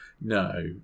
no